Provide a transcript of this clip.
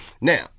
Now